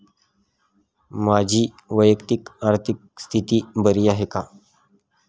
माझी वैयक्तिक आर्थिक स्थिती बरी आहे का?